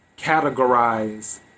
categorize